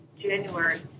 January